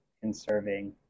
conserving